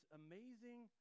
amazing